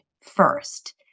first